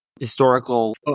historical